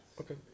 Okay